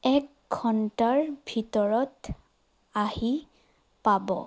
এক ঘণ্টাৰ ভিতৰত আহি পাব